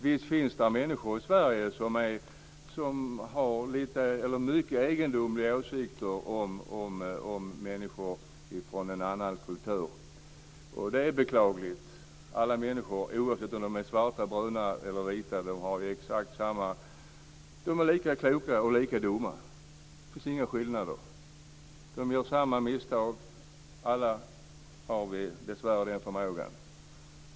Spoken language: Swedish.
Visst finns det människor i Sverige som har mycket egendomliga åsikter om människor från en annan kultur. Det är beklagligt. Alla människor, oavsett om de är svarta, bruna eller vita, är lika kloka och lika dumma. Det finns ingen skillnad. Alla gör samma misstag. Alla har vi dessvärre den förmågan.